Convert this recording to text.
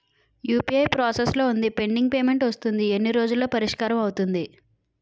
UPI process లో వుందిపెండింగ్ payment వస్తుంది ఎన్ని రోజుల్లో పరిష్కారం అవుతుంది